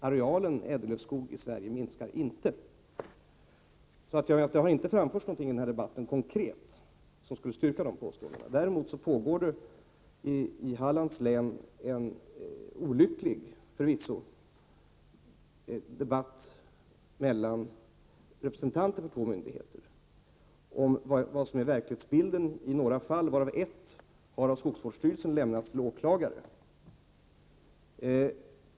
Arealen ädellövskog i Sverige minskar således inte. Det har, som jag nyss sagt, inte framförts något konkret bevis för att gjorda påståenden är riktiga. Jag kan hålla med om att det i Hallands län pågår en, förvisso, olycklig debatt mellan representanter för två myndigheter om vad som är verklighetsbilden i några fall. I ett av fallen har skogsvårdsstyrelsen gjort en anmälan till åklagare.